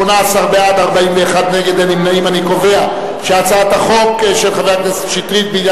את הצעת חוק לתיקון פקודת מס הכנסה (פטור ממס בגין